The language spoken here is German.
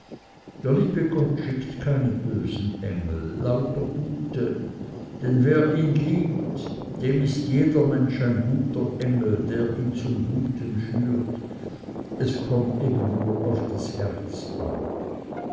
der liebe gott schickt keine bösen engel lauter gute denn wer ihn liebt dem ist jeder mensch ein guter engel der ihn zum guten führt es kommt eben nur auf das herz an